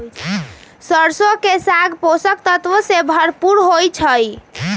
सरसों के साग पोषक तत्वों से भरपूर होई छई